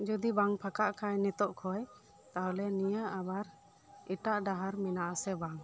ᱡᱩᱫᱤ ᱵᱟᱝ ᱯᱷᱟᱸᱠᱟᱜ ᱠᱷᱟᱱ ᱱᱤᱛᱚᱜ ᱠᱷᱚᱱ ᱛᱟᱦᱚᱞᱮ ᱤᱧᱟᱹᱜ ᱟᱵᱟᱨ ᱮᱴᱟᱜ ᱰᱟᱦᱟᱨ ᱢᱮᱱᱟᱜ ᱟᱥᱮ ᱵᱟᱝ